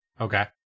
Okay